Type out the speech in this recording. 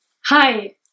Hi